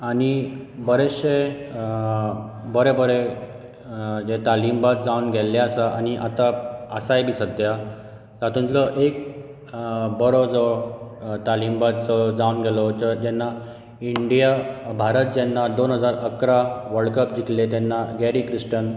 आनी बरेचशे बरे बरे तालीमबाज जावन गेल्ले आसा आनी आतां आसाय बी सद्द्या तातूंतलो एक बरो जो तालीमबाज जावन गेलो तो जेन्ना इंडिया भारत जेन्ना दोन हजार अकरा वर्ल्ड कप जिखले तेन्ना गेरी क्रिस्टन